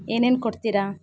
ಏನೇನು ಕೊಡ್ತೀರಾ